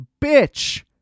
bitch